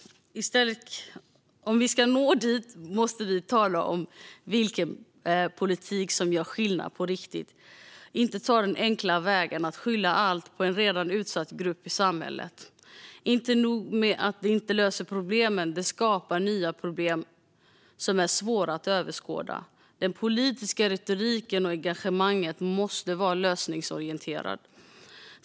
Om vi ska nå dit måste vi tala om vilken politik som gör skillnad på riktigt - inte ta den enkla vägen att skylla allt på en redan utsatt grupp i samhället. Inte nog med att det inte löser problemen; det skapar nya problem som är svåra att överskåda. Den politiska retoriken och engagemanget måste vara lösningsorienterade.